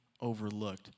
overlooked